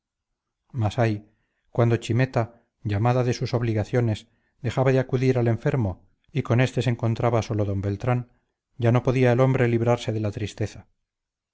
mas ay cuando chimeta llamada de sus obligaciones dejaba de acudir al enfermo y con este se encontraba sólo d beltrán ya no podía el hombre librarse de la tristeza